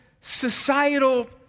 societal